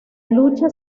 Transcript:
lucha